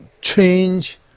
change